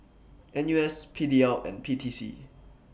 N U S P D L and P T C